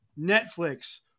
Netflix